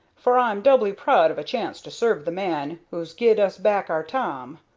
for i'm doubly proud of a chance to serve the man who's gied us back our tom.